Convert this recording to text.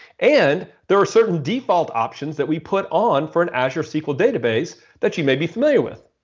and there are certain default options that we put on for an azure sql database that you may be familiar with.